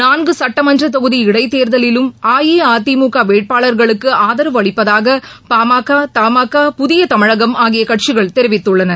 நான்குசட்டமன்றதொகுதி இடைத்தேர்தலிலும் அஇஅதிமுகவேட்பாளர்களுக்குஆதரவு அளிப்பதாகபாமக தமாகா புதியதமிழகம் ஆகியகட்சிகள் தெரிவித்துள்ளன